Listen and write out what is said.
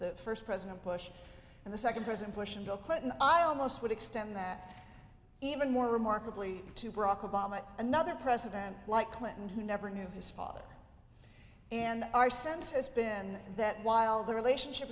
the first president bush and the second president bush and bill clinton i almost would extend that even more remarkably to barack obama another president like clinton who never knew his father and our sense has been that while the relationship